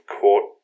court